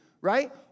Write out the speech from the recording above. right